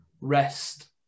rest